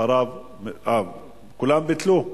כולם ביטלו?